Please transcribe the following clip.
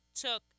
took